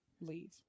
leave